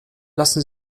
lassen